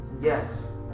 Yes